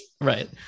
right